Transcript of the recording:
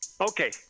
Okay